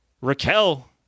Raquel